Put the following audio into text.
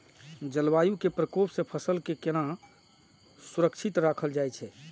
जलवायु के प्रकोप से फसल के केना सुरक्षित राखल जाय छै?